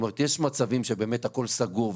יש מצבים שבאמת הכול סגור,